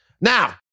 Now